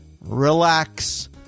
relax